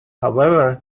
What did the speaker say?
however